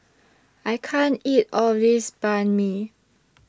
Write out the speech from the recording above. I can't eat All of This Banh MI